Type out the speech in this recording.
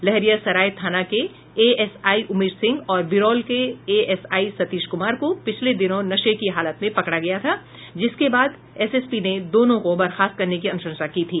लहेरियासराय थाना के एएसआई उमेश सिंह और बिरौल के एएसआई सतीश कुमार को पिछले दिनों नशे की हालत में पकड़ा गया था जिसके बाद एसएसपी ने दोनों को बर्खास्त करने की अनुशंसा की थी